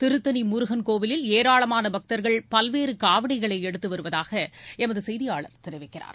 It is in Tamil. திருத்தனி முருகள் கோவிலில் ஏராளமான பக்தர்கள் பல்வேறு காவடிகளை எடுத்து வருவதாக எமது செய்தியாளர் தெரிவிக்கிறார்